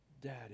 Daddy